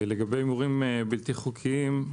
לגבי הימורים בלתי חוקיים,